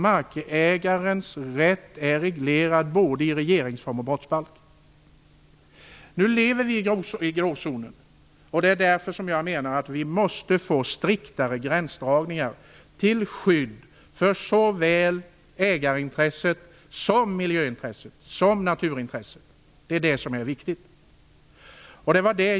Markägarens rätt är reglerad både i regeringsform och brottsbalk. Nu lever vi i gråzonen. Det är därför jag menar att vi måste få striktare gränsdragningar till skydd för såväl ägarintresset som miljöintresset och naturintresset. Det är det som är viktigt.